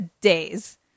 Days